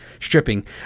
stripping